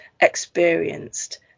experienced